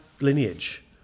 lineage